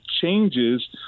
changes